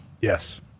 Yes